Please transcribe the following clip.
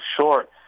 short